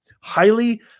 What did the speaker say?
Highly